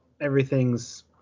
everything's